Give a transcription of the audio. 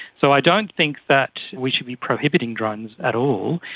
so i don't think that we should be prohibiting drones at all,